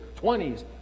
20s